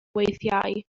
weithiau